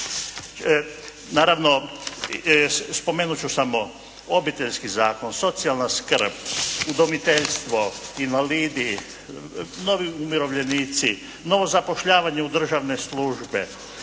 Naravno spomenut ću samo Obiteljski zakon, socijalna skrb, udomiteljstvo, invalidi, novi umirovljenici, novo zapošljavanje u državne službe,